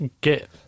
get